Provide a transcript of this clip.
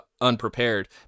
unprepared